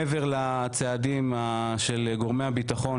מעבר לצעדים של גורמי הביטחון,